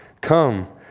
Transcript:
come